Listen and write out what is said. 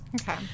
Okay